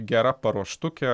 gera paruoštukė